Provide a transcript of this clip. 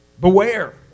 beware